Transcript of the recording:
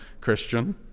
Christian